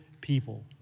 people